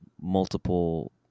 multiple